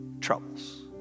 troubles